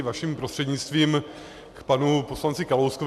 Vaším prostřednictvím k panu poslanci Kalouskovi.